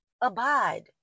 abide